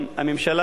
הממשלה,